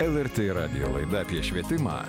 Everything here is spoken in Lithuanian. lrt radijo laida apie švietimą